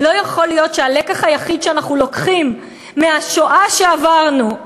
לא יכול להיות שהלקח היחיד שאנחנו לוקחים מהשואה שעברנו,